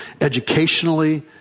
educationally